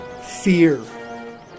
fear